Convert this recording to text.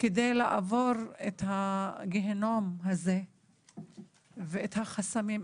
כדי לעבור את הגהנום הזה ואת החסמים,